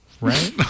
right